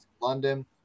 London